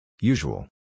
Usual